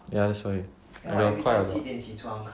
ya that's why and got quite a lot